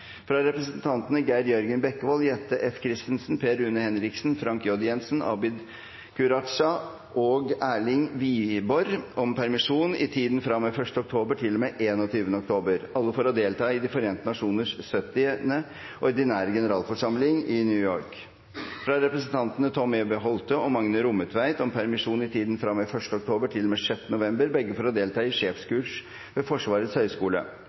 fra representantene Geir Jørgen Bekkevold, Jette F. Christensen, Per Rune Henriksen, Frank J. Jenssen, Abid Q. Raja og Erlend Wiborg om permisjon i tiden fra og med 1. oktober til og med 21. oktober, alle for å delta i De forente nasjoners 70. ordinære generalforsamling i New York. – fra representantene Tom E. B. Holthe og Magne Rommetveit om permisjon i tiden